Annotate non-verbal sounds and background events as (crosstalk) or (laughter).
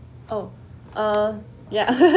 oh uh ya (laughs)